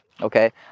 okay